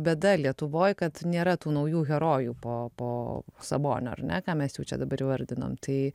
bėda lietuvoj kad nėra tų naujų herojų po po sabonio ar ne ką mes jau čia dabar įvardinam tai